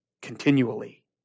Continually